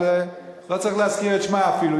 לא צריך להזכיר את שמה אפילו,